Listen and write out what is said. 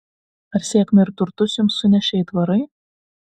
ar sėkmę ir turtus jums sunešė aitvarai